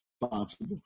responsible